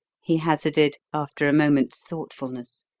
he hazarded, after a moment's thoughtfulness.